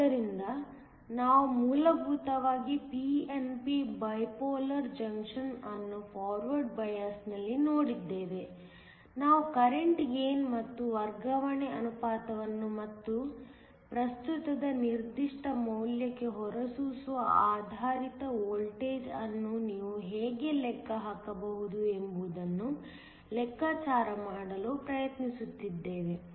ಆದ್ದರಿಂದ ನಾವು ಮೂಲಭೂತವಾಗಿ p n p bipolar junction ಅನ್ನು ಫಾರ್ವರ್ಡ್ ಬಯಾಸ್ ನಲ್ಲಿ ನೋಡಿದ್ದೇವೆ ನಾವು ಕರೆಂಟ್ ಗೈನ್ ಮತ್ತು ವರ್ಗಾವಣೆ ಅನುಪಾತವನ್ನು ಮತ್ತು ಪ್ರಸ್ತುತದ ನಿರ್ದಿಷ್ಟ ಮೌಲ್ಯಕ್ಕೆ ಹೊರಸೂಸುವ ಆಧಾರಿತ ವೋಲ್ಟೇಜ್ ಅನ್ನು ನೀವು ಹೇಗೆ ಲೆಕ್ಕ ಹಾಕಬಹುದು ಎಂಬುವುದನ್ನು ಲೆಕ್ಕಾಚಾರ ಮಾಡಲು ಪ್ರಯತ್ನಿಸಿದ್ದೇವೆ